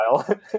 style